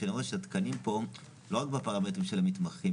כשאני רואה שהתקנים פה לא רק בפרמטרים של המתמחים,